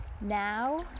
now